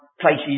places